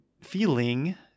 feeling